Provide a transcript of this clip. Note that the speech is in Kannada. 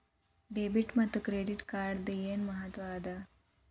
ಡೆಬಿಟ್ ಮತ್ತ ಕ್ರೆಡಿಟ್ ಕಾರ್ಡದ್ ಏನ್ ಮಹತ್ವ ಅದ?